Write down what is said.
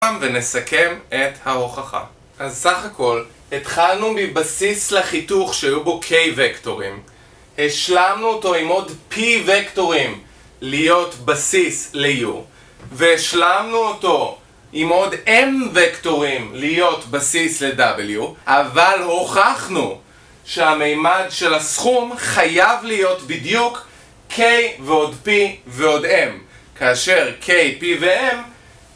ונסכם את ההוכחה: אז סך הכל התחלנו מבסיס לחיתוך שהיו בו k וקטורים השלמנו אותו עם עוד p וקטורים להיות בסיס ל-u והשלמנו אותו עם עוד m וקטורים להיות בסיס ל-w אבל הוכחנו שהמימד של הסכום חייב להיות בדיוק k ועוד p ועוד m כאשר k, p ו-m